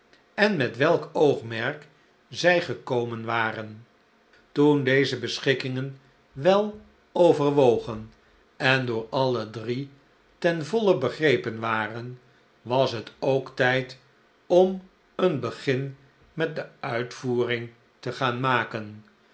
en met welk oogmerk zij gekomen waren toen deze beschikkingen wel overwogen en door alle drie ten voile begrepen waren was het ook tijd om een begin met de uitvoering te gaan maken